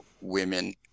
women